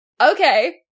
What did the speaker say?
Okay